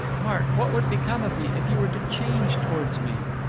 mark, what would become of me if you were to change towards me?